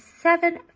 seven